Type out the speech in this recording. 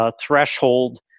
threshold